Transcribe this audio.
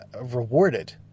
rewarded